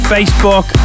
Facebook